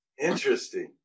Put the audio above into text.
Interesting